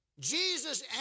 Jesus